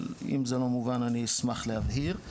ואם זה לא מובן אני אשמח להבהיר.